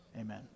Amen